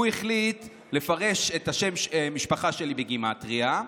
הוא החליט לפרש את שם המשפחה שלי בגימטרייה,